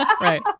Right